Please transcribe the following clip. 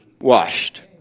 washed